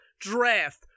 draft